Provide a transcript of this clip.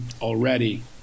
already